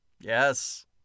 Yes